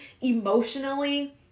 emotionally